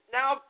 Now